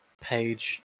page